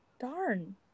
Darn